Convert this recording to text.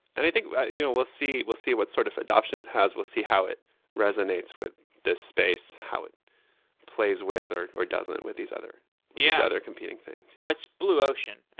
and i think you know we'll see we'll see what sort of adoption it has. we'll see how it resonates with this space, how it plays with or or doesn't with these other yeah other competing things. yeah. it's blue ocean.